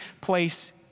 place